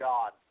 God